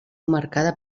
marcada